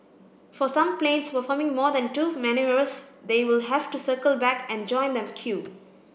for some planes performing more than two manoeuvres they will have to circle back and join the queue